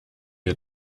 wir